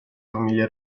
famiglie